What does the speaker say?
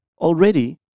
Already